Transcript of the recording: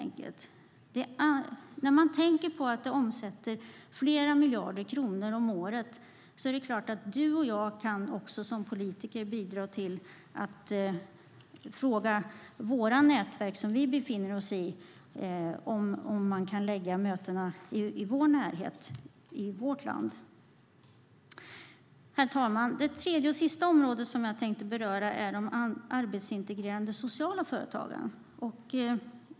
När man tänker på att denna industri omsätter flera miljarder om året är det klart att du och jag som politiker också kan bidra genom att fråga våra nätverk som vi befinner oss i om de kan förlägga möten i vår närhet och i vårt land. Herr talman! Det tredje och sista området som jag tänkte beröra är de arbetsintegrerande sociala företagen.